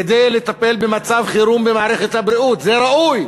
כדי לטפל במצב חירום במערכת הבריאות, זה ראוי.